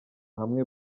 hamwe